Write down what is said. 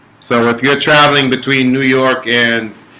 so if you're traveling between new york and